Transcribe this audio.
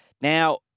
Now